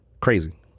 crazy